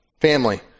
Family